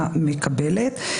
הסכום משמעותית שונה.